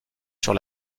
sur